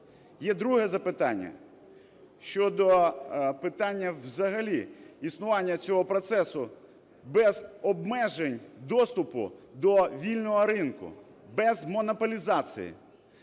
Є друге запитання – щодо питання взагалі існування цього процесу без обмежень доступу до вільного ринку, без монополізації.